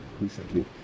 recently